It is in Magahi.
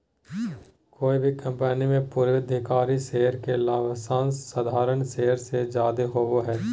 कोय भी कंपनी मे पूर्वाधिकारी शेयर के लाभांश साधारण शेयर से जादे होवो हय